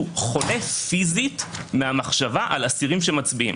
חולה פיזית מהמחשבה על אסירים שמצביעים.